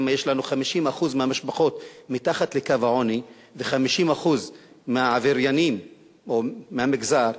אם יש לנו 50% מהמשפחות מתחת לקו העוני ו-50% מהעבריינים מהמגזר,